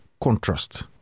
contrast